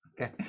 Okay